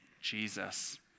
Jesus